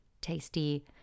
tasty